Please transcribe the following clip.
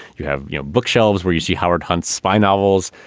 you have you know bookshelves where you see howard hunt, spy novels.